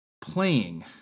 playing